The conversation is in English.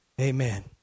amen